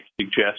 suggest